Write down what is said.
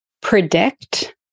predict